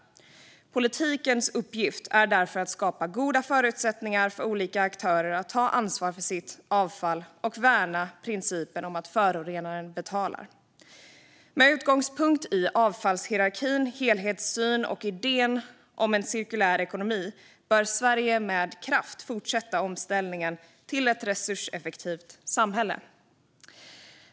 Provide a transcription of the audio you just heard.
Politikens uppgift är därför att skapa goda förutsättningar för olika aktörer att ta ansvar för sitt avfall och värna principen att förorenaren betalar. Med utgångspunkt i avfallshierarkin, en helhetssyn och idén om en cirkulär ekonomi bör Sverige med kraft fortsätta omställningen till ett resurseffektivt samhälle.